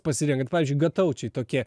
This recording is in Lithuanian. pasirenkat pavyzdžiui gataučiai tokie